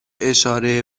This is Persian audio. اشاره